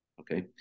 Okay